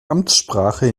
amtssprache